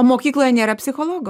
mokykloje nėra psichologo